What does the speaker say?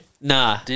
Nah